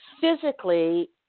physically